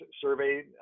survey